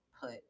put